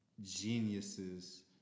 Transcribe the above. Geniuses